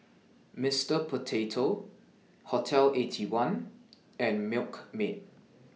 Mister Potato Hotel Eighty One and Milkmaid